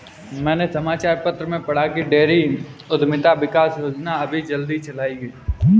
मैंने समाचार पत्र में पढ़ा की डेयरी उधमिता विकास योजना अभी जल्दी चलाई गई है